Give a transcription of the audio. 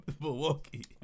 Milwaukee